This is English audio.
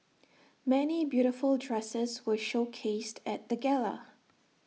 many beautiful dresses were showcased at the gala